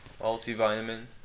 multivitamin